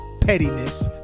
pettiness